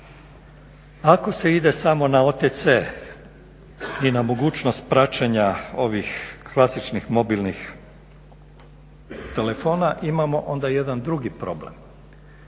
ako se ide samo na OTC, ima mogućnost praćenja ovih klasičnih mobilnih telefona, imamo onda jedan drugi problem.